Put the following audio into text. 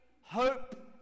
hope